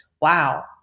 Wow